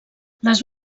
les